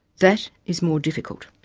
that is more difficult.